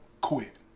quit